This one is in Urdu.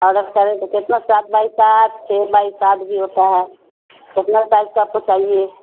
آڈر کریں تو کتنا سات بائی سات چھ بائی سات بھی ہوتا ہے کتنا سائز کا آپ کو چاہیے